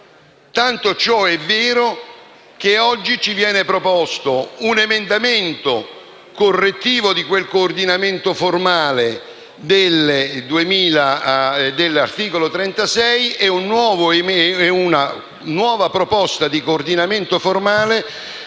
dal fatto che oggi ci vengono proposti un emendamento correttivo di quel coordinamento formale dell'articolo 36 e una nuova proposta di coordinamento formale